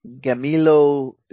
Gamilo